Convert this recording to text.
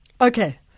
Okay